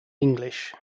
english